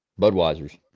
Budweiser's